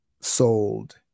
sold